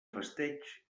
festeig